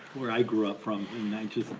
where i grew up from, and i just.